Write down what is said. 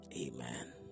Amen